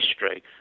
history